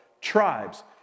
tribes